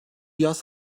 yaz